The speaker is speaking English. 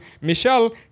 Michelle